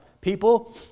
People